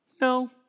No